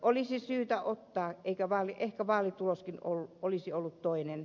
olisi syytä ottaa ehkä vaalituloskin olisi ollut toinen